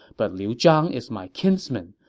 but liu zhang is my kinsman,